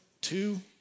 two